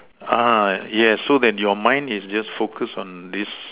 uh yes so then your mind is just focused on this